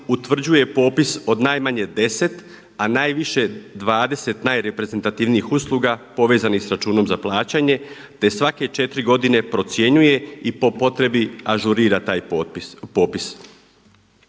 utvrđuje popis od najmanje deset, a najviše 20 najreprezentativnijih usluga povezanih sa računom za plaćanje, te svake četiri godine procjenjuje i po potrebi ažurira taj popis.